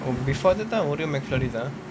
oh before that time I order McFlurry sia